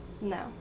No